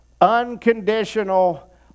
unconditional